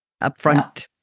upfront